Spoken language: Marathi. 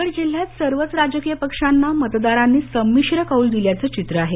रायगड जिल्हयात सर्वच राजकीय पक्षांना मतदारांनी संमिश्र कौल दिल्याचं चित्र आहे